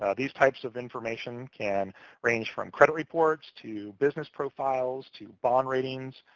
ah these types of information can range from credit reports to business profiles, to bond ratings,